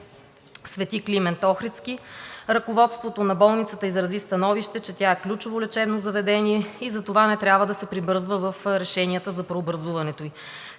„Свети Климент Охридски“. Ръководството на болницата изрази становище, че тя е ключово лечебно заведение и затова не трябва да се прибързва в решенията за преобразуването ѝ.